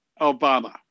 Obama